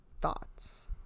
Thoughts